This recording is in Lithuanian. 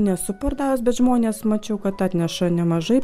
nesu pardavus bet žmonės mačiau kad atneša nemažai